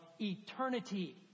eternity